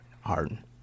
Harden